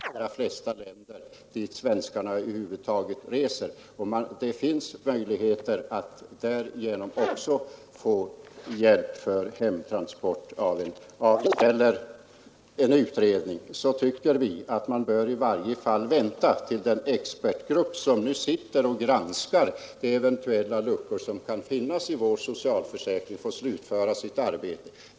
Herr talman! I de fall där en person avlider utomlands och det inte finns några försäkringar som täcker kostnaderna för hemtransport kan det naturligtvis bli besvärligt. Men samhället har ändå andra möjligheter = Nr 57 att hjälpa till i dylika fall. Vi har ju utlandsrepresentation i de allra flesta Torsdagen den länder dit svenskarna över huvud taget reser, och det finns möjligheter att 29 mars 1973 därigenom få hjälp när det gäller hemtransport av en avliden. Vad frågan om en utredning beträffar tycker vi att man i varje fall bör vänta tills den expertgrupp som nu granskar de eventuella luckorna i vår socialförsäkring slutfört sitt arbete.